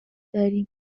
داریم